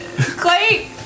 Clay